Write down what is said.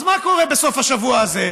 אז מה קורה בסוף השבוע הזה?